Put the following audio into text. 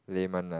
lame one ah